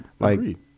Agreed